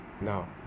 now